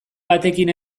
batekin